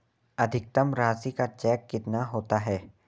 अधिकतम राशि का चेक कितना होता है?